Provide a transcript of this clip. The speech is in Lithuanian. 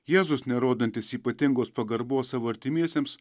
jėzus nerodantis ypatingos pagarbos savo artimiesiems